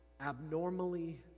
abnormally